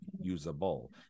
usable